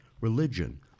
religion